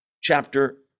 chapter